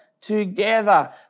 together